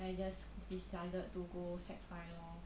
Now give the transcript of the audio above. I just decided to go sec five lor